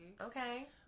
Okay